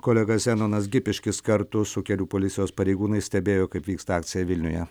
kolega zenonas gipiškis kartu su kelių policijos pareigūnais stebėjo kaip vyksta akcija vilniuje